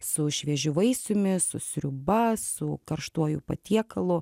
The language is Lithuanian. su šviežiu vaisiumi su sriuba su karštuoju patiekalu